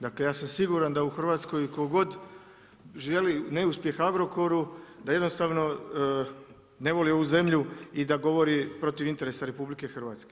Dakle ja sam siguran da u Hrvatskoj tko god želi neuspjeh Agrokoru, da jednostavno ne voli ovu zemlju i da govori protiv interesa RH.